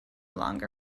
longer